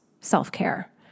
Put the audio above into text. self-care